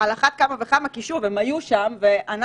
על אחת כמה וכמה, כי שוב הם היו שם ואנחנו